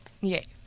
Yes